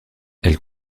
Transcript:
elle